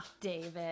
David